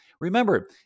Remember